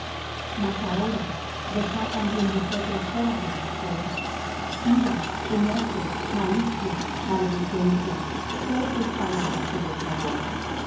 mas ahora dejad también vosotros todas estas cosas ira enojo malicia maledicencia torpes palabras de vuestra boca